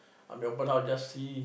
I'm at open house just see